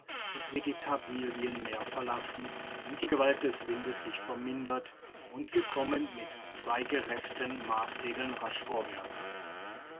das vegetabilienmeer verlassen und die gewalt des windes sich vermindert und wir kommen mit zwei gerefften marssegeln rasch vorwärts